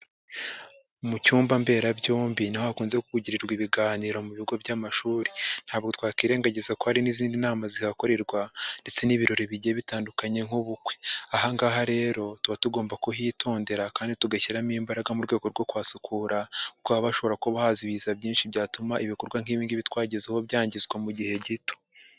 Mu cyumba mberabyombi niho hakunze kugirirwa ibiganiro mu bigo by'amashuri. Ntabwo twakirengagiza ko hari n'izindi nama zihakorerwa ndetse n'ibirori bigiye bitandukanye nk'ubukwe. Aha ngaha rero tuba tugomba kuhitondera kandi tugashyiramo imbaraga mu rwego rwo kuhasukura kuko haba hashobora kuba haza ibiza byinshi byatuma ibikorwa nk'ibi ngibi twagezeho byangizwa mu gihe gito.